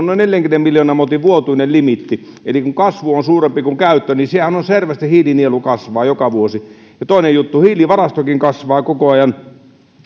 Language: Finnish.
noin neljänkymmenen miljoonan motin vuotuinen limiitti eli kun kasvu on suurempi kuin käyttö niin sehän on selvää että se hiilinielu kasvaa joka vuosi ja toinen juttu hiilivarastokin kasvaa koko ajan